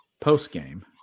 post-game